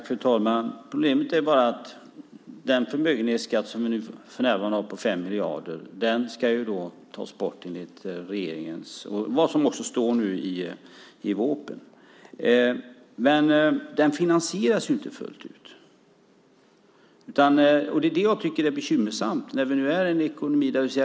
Fru talman! Problemet är bara att den förmögenhetsskatt på 5 miljarder som vi för närvarande har ska tas bort enligt vad som nu står i regeringens vårproposition. Men detta finansieras inte fullt ut. Det är det jag tycker är bekymmersamt.